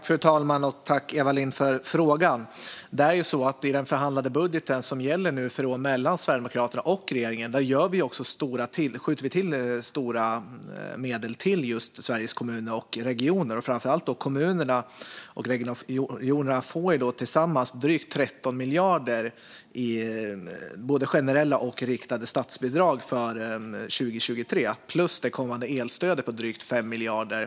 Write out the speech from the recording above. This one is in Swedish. Fru talman! Tack, Eva Lindh, för frågan! Det är ju så att i den av regeringen och Sverigedemokraterna förhandlade budgeten som gäller i år skjuter vi till stora medel till Sveriges kommuner och regioner. De får tillsammans drygt 13 miljarder i både generella och riktade statsbidrag för 2023, plus det kommande elstödet på drygt 5 miljarder.